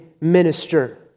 minister